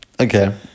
Okay